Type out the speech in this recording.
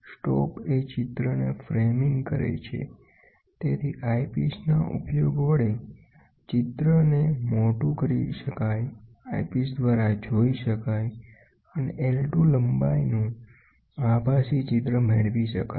stop એ ચિત્રને framing કરે છે તેથી આઇપીસ ના ઉપયોગ વડે ચિત્ર અને મોટું કરી શકાય આઈપીસ દ્વારા જોઇ શકાય અને I2 લંબાઈ નું આભાસી ચિત્ર મેળવી શકાય